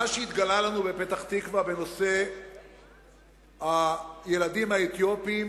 מה שהתגלה לנו בפתח-תקווה בנושא הילדים האתיופים